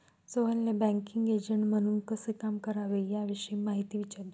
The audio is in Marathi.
सोहेलने बँकिंग एजंट म्हणून कसे काम करावे याविषयी माहिती विचारली